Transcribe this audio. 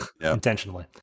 intentionally